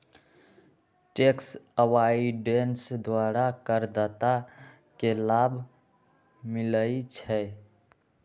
tax avoidance द्वारा करदाता के लाभ मिलइ छै